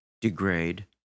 degrade